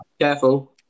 Careful